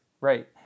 Right